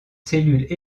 cellules